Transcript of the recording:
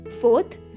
fourth